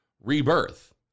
rebirth